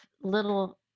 little